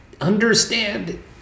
understand